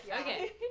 okay